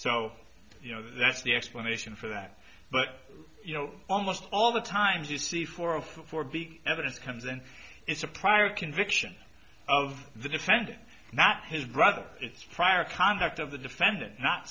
so you know that's the explanation for that but you know almost all the times you see four of four big evidence comes in is a prior conviction of the defendant not his brother it's prior conduct of the defendant not